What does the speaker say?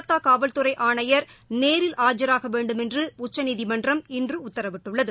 சாரதா நிதி காவல்துறை ஆணையர் நேரில் ஆஜராக வேண்டுமென்று உச்சநீதிமன்றம் இன்று உத்தரவிட்டுள்ளது